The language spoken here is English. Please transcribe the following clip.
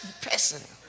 person